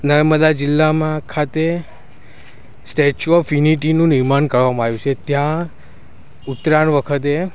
નર્મદા જિલ્લામાં ખાતે statue of યુનિટીનું નિર્માણ કરવામાં આવ્યું છે ત્યાં ઉત્તરાયણ વખતે